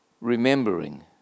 remembering